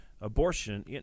abortion